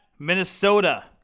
Minnesota